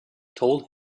told